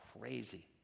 crazy